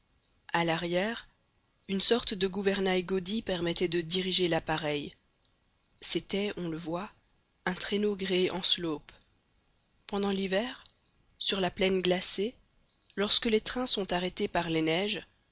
a l'arrière une sorte de gouvernail godille permettait de diriger l'appareil c'était on le voit un traîneau gréé en sloop pendant l'hiver sur la plaine glacée lorsque les trains sont arrêtés par les neiges